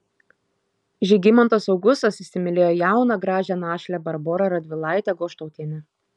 žygimantas augustas įsimylėjo jauną gražią našlę barborą radvilaitę goštautienę